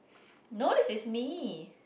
no this is me